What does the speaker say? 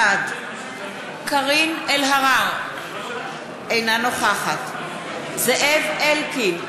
בעד קארין אלהרר, אינה נוכחת זאב אלקין,